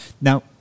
Now